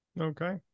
Okay